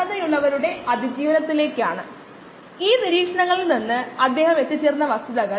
അതിനാൽ ഈ കോഴ്സിനായി ക്ലോസ്ഡ് പ്രോബ്ലം പരിഹാരമെങ്കിലും നോക്കാം